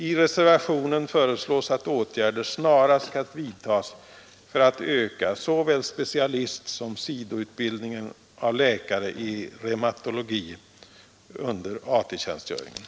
I reservationen föreslås att åtgärder snarast skall vidtas för att öka såväl specialistsom sidoutbildningen av läkare i reumatologi under AT-tjänstgöringen.